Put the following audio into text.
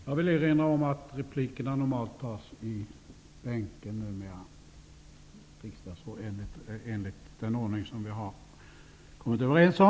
Jag vill erinra om att replikerna numera normalt tas i bänken enligt den ordning som vi har kommmit överens om.